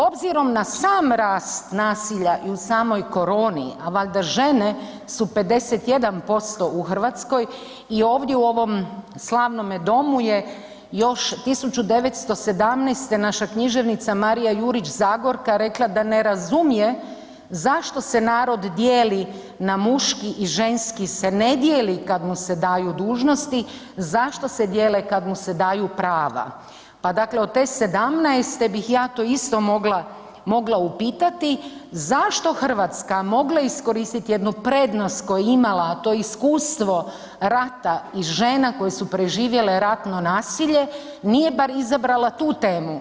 Obzirom na sam rast nasilja i u samoj koroni, a valjda žene su 51% su u Hrvatskoj i ovdje u ovom slavnome domu je još 1917. naša književnica Marija Jurić Zagorka rekla da ne razumije zašto se narod dijeli na muški i ženski se ne dijeli kada mu se daju dužnosti, zašto se dijele kad mu se daju prava, pa dakle od te '17.-te bih ja to isto mogla upitati, zašto Hrvatska mogla iskoristiti jednu prednost koju je imala, to iskustvo rata i žena koje su preživjele ratno nasilje nije bar izabrala tu temu?